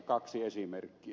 kaksi esimerkkiä